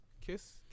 Kiss